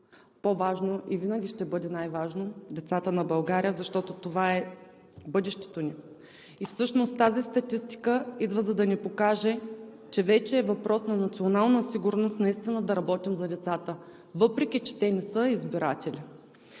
По-важно е, а и винаги ще бъдат най-важното децата на България, защото това е бъдещето ни. Всъщност тази статистика идва, за да ни покаже, че вече е въпрос на национална сигурност наистина да работим за децата, въпреки че те не са избиратели.